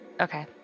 Okay